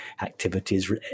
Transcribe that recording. activities